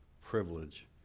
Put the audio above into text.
privilege